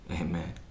amen